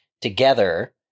together